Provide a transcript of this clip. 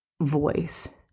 voice